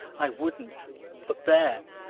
i wouldn't but there!